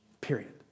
period